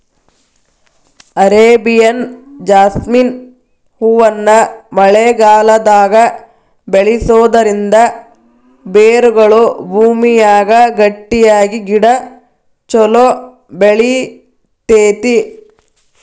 Arabian jasmine ಹೂವನ್ನ ಮಳೆಗಾಲದಾಗ ಬೆಳಿಸೋದರಿಂದ ಬೇರುಗಳು ಭೂಮಿಯಾಗ ಗಟ್ಟಿಯಾಗಿ ಗಿಡ ಚೊಲೋ ಬೆಳಿತೇತಿ